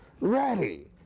Ready